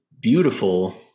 beautiful